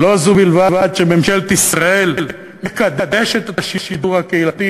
לא זו בלבד שממשלת ישראל מקדשת את השידור הקהילתי,